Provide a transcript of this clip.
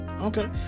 Okay